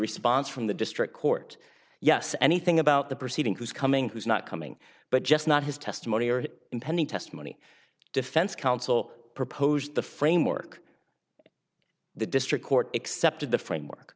response from the district court yes anything about the proceeding who's coming who's not coming but just not his testimony or impending testimony defense counsel proposed the framework the district court accepted the framework